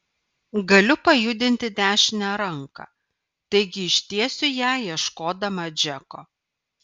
galiu pajudinti dešinę ranką taigi ištiesiu ją ieškodama džeko